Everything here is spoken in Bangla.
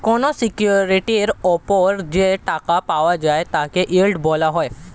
কোন সিকিউরিটির উপর যে টাকা পাওয়া যায় তাকে ইয়েল্ড বলা হয়